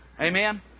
Amen